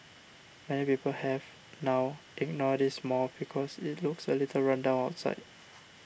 many people have now ignored this mall because it looks a little run down outside